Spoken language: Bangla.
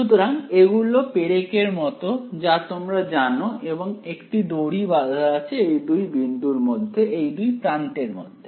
সুতরাং এগুলো পেরেকের মত যা তোমরা জানো এবং একটি দড়ি বাধা আছে এই দুই বিন্দুর মধ্যে এই দুই প্রান্তের মধ্যে